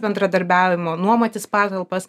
bendradarbiavimo nuomotis patalpas